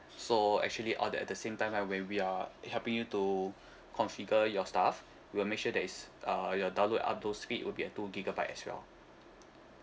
so actually or the at the same time like where we are helping you to configure your stuff we will make sure that it's uh your download and upload speed will be at two gigabyte as well